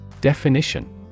Definition